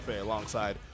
alongside